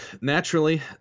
Naturally